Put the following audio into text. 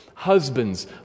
Husbands